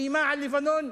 איימה על לבנון,